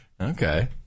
Okay